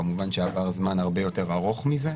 כמובן שעבר זמן הרבה יותר ארוך מזה.